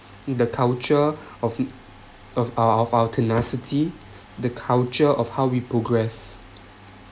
the culture of of of our tenacity the culture of how we progress